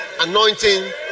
anointing